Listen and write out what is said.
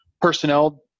personnel